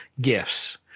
gifts